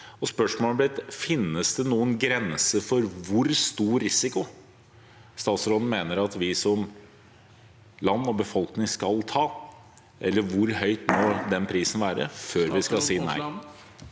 Spørsmålet blir: Finnes det noen grenser for hvor stor risiko statsråden mener at vi som land og befolkning skal ta, eller hvor høy den prisen må være, før vi skal si nei?